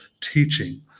teaching